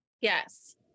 Yes